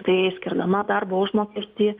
tai skirdama darbo užmokestį